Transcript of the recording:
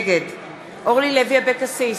נגד אורלי לוי אבקסיס,